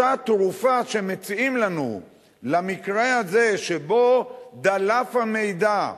אותה תרופה שמציעים לנו למקרה הזה שבו דלף המידע,